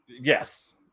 Yes